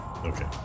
Okay